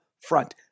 front